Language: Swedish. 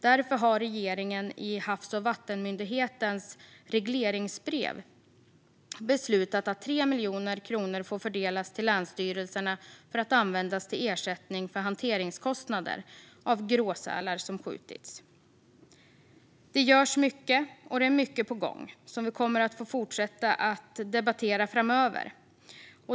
Därför har regeringen i Havs och vattenmyndighetens regleringsbrev beslutat att 3 miljoner kronor får fördelas till länsstyrelserna för att användas till ersättning för hanteringskostnader av gråsälar som skjutits. Det görs mycket, och det är mycket på gång som vi kommer att få fortsätta att debattera framöver.